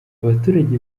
abaturage